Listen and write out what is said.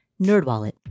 NerdWallet